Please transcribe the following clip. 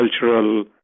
cultural